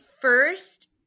first